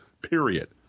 Period